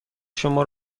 شما